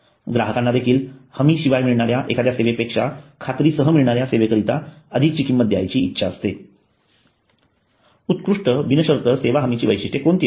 ग्राहकांना देखील हमी शिवाय मिळणाऱ्या एखाद्या सेवे पेक्षा खात्रीसह मिळणाऱ्या सेवेकरिता अधिकची किंमत द्यायची इच्छा असते उत्कृष्ट बिनशर्त सेवा हमीची वैशिष्ट्ये कोणती आहेत